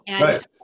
Right